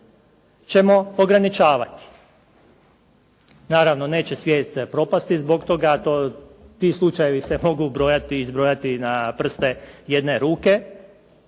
ćemo ograničavati. Naravno, neće svijet propasti zbog toga, ti slučajevi se mogu izbrojati na prste jedne ruke.